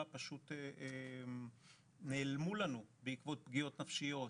פשוט נעלמו לנו בעקבות פגיעות נפשיות,